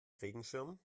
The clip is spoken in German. regenschirm